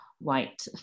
white